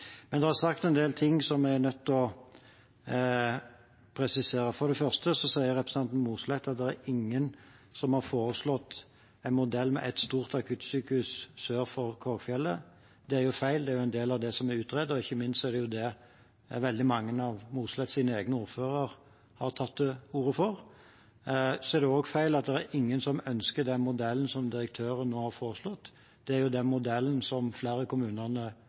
Men det er sagt en del ting som jeg er nødt til å presisere. For det første sier representanten Mossleth at ingen har foreslått en modell med ett stort akuttsykehus sør for Korgfjellet. Det er feil. Det er jo en del av det som er utredet, og ikke minst er det det veldig mange av Mossleths egne ordførere har tatt til orde for. Det er også feil at ingen ønsker den modellen som direktøren nå har foreslått. Det er jo den modellen som flere av kommunene